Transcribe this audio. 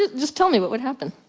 just tell me what would happen?